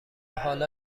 حالا